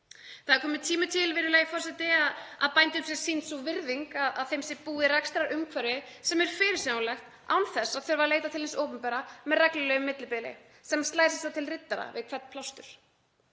virðulegi forseti, að bændum sé sýnd sú virðing að þeim sé búið rekstrarumhverfi sem er fyrirsjáanlegt án þess að þurfa að leita til hins opinbera með reglulegu millibili sem slær sig svo til riddara við hvern plástur.